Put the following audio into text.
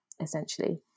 essentially